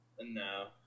No